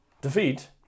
defeat